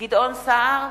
גדעון סער,